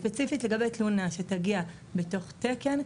אז ספציפית לגבי תלונה שתגיע בתוך תקן,